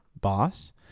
boss